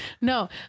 No